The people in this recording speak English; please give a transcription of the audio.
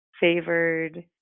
favored